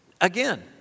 again